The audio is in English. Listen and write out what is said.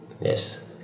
Yes